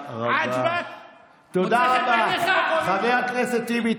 תודה רבה, חבר הכנסת טיבי.